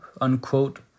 unquote